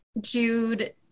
jude